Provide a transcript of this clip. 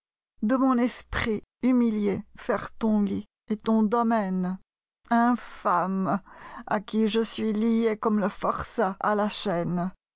de mon esprit humiliéfaire ton lit et ton domaine infâme à qui je suis liécomme le forçat à la chaîne